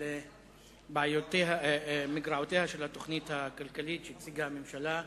על מגרעותיה של התוכנית הכלכלית שהציגה הממשלה.